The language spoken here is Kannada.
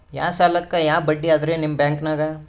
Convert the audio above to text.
ಯಾ ಸಾಲಕ್ಕ ಯಾ ಬಡ್ಡಿ ಅದರಿ ನಿಮ್ಮ ಬ್ಯಾಂಕನಾಗ?